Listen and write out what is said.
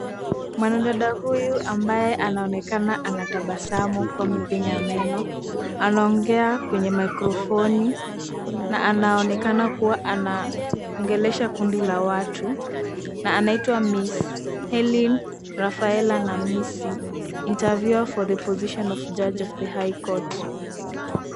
Mwanadada huyu ambaye anaonekana anatabasamu huku amepenya meno anaongea kwenye mikrofoni na anaonekana kuwa anaongelesha kundi la watu na anaitwa Ms. Hellen Rafaela Namisi Interview For The Position of Judge of the High Court